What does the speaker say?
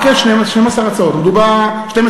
רק 12 הצעות עמדו בקריטריונים.